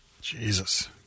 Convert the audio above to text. Jesus